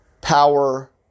power